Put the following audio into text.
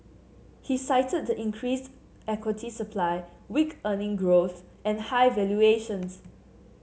he cited the increased equity supply weak earning growth and high valuations